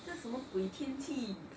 这什么鬼天气